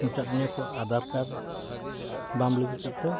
ᱢᱮᱛᱟᱫᱤᱧᱟ ᱠᱚ ᱟᱫᱷᱟᱨ ᱠᱟᱨᱰ ᱵᱟᱢ ᱞᱤᱝᱠ ᱠᱟᱫᱛᱮ